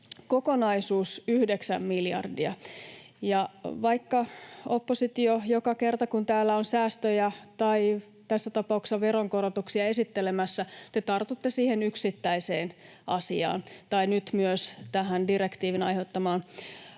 Kokonaisuus yhdeksän miljardia. Joka kerta kun täällä on säästöjä tai tässä tapauksessa veronkorotuksia esittelemässä, niin te, oppositio, tartutte siihen yksittäiseen asiaan — tai tähän direktiivin aiheuttamaan